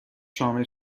شامل